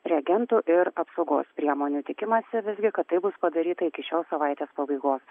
reagentų ir apsaugos priemonių tikimasi visgi kad tai bus padaryta iki šios savaitės pabaigos